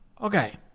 Okay